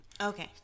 Okay